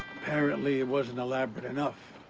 apparently it wasn't elaborate enough.